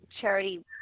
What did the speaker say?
charity